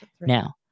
Now